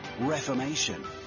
reformation